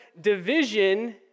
division